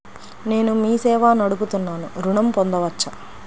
నేను మీ సేవా నడుపుతున్నాను ఋణం పొందవచ్చా?